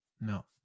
No